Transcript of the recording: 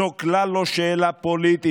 זו כלל לא שאלה פוליטית,